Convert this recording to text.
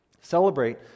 Celebrate